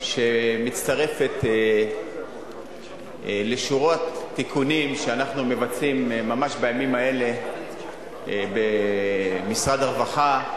שמצטרפת לשורת תיקונים שאנחנו מבצעים ממש בימים האלה במשרד הרווחה,